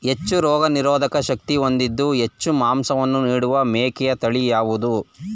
ಹೆಚ್ಚು ರೋಗನಿರೋಧಕ ಶಕ್ತಿ ಹೊಂದಿದ್ದು ಹೆಚ್ಚು ಮಾಂಸವನ್ನು ನೀಡುವ ಮೇಕೆಯ ತಳಿ ಯಾವುದು?